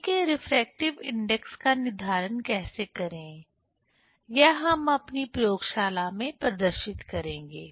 पानी के refractive index का निर्धारण कैसे करें यह हम अपनी प्रयोगशाला में प्रदर्शित करेंगे